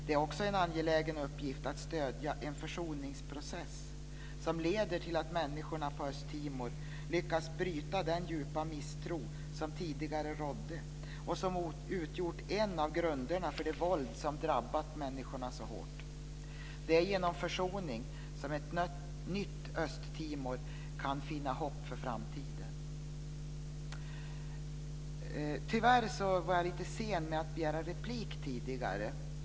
Det är också en angelägen uppgift att stödja en försoningsprocess som leder till att människorna på Östtimor lyckas bryta den djupa misstro som tidigare rådde och som utgjort en av grunderna för det våld som drabbat människorna så hårt. Det är genom försoning som ett nytt Östtimor kan finna hopp för framtiden. Tyvärr var jag lite sen med att begära replik tidigare.